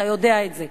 אתה יודע את זה.